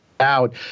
Out